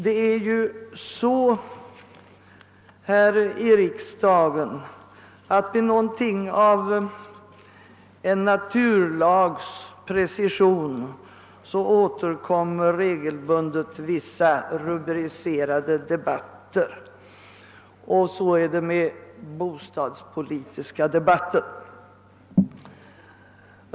Med någonting av en naturlags precision återkommer här i riksdagen regelbundet debatter under vissa rubriker, och så är det med den bostadspolitiska debatten.